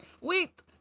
Wait